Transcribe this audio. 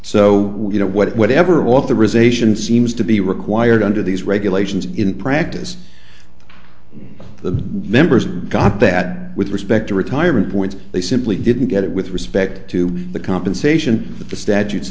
so you know whatever authorization seems to be required under these regulations in practice the members got that with respect to retirement points they simply didn't get it with respect to the compensation that